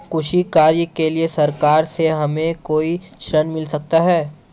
कृषि कार्य के लिए सरकार से हमें कोई ऋण मिल सकता है?